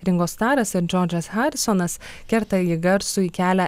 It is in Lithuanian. ringo staras ir džordžas harisonas kerta į garsųjį kelią